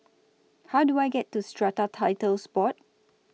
How Do I get to Strata Titles Board